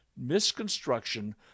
misconstruction